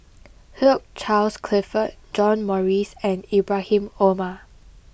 Hugh Charles Clifford John Morrice and Ibrahim Omar